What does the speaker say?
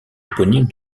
éponyme